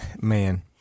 man